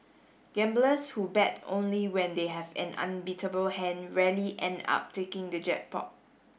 gamblers who bet only when they have an unbeatable hand rarely end up taking the jackpot